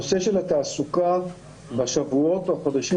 הנושא של התעסוקה בשבועות או בחודשים